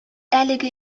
әлеге